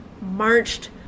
marched